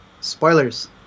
spoilers